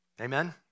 Amen